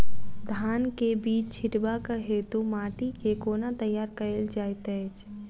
धान केँ बीज छिटबाक हेतु माटि केँ कोना तैयार कएल जाइत अछि?